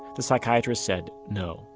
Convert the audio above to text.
the psychiatrist said no